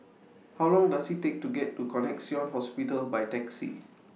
How Long Does IT Take to get to Connexion Hospital By Taxi